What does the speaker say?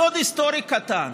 סוד היסטורי קטן.